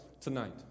tonight